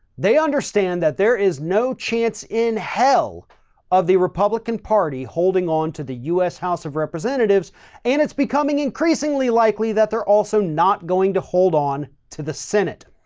they understand that there is no chance in hell of the republican party holding on to the us house of representatives and it's becoming increasingly likely that they're also not going to hold on to the senate.